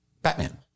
Batman